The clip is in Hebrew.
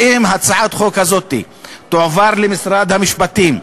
שאם הצעת החוק הזאת תועבר למשרד המשפטים,